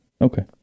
Okay